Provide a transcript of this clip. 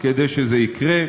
כדי שזה יקרה.